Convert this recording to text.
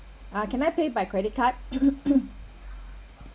uh can I pay by credit card